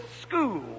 School